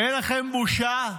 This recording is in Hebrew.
אין לכם בושה?